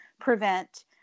prevent